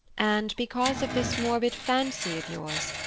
and, because of this morbid fancy of yours,